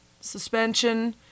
suspension